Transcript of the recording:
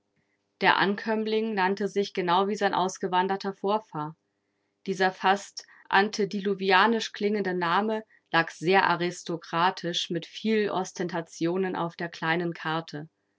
der ankömmling nannte sich genau wie sein ausgewanderter vorfahr dieser fast antediluvianisch klingende name lag sehr aristokratisch mit viel ostentationen auf der kleinen karte